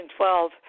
2012